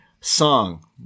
song